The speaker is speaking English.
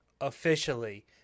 officially